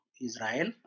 Israel